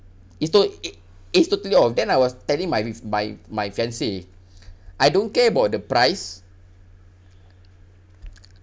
it's to~ it it's totally off then I was telling my my my fiancee I don't care about the price